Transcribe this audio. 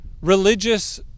religious